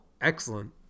Excellent